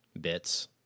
bits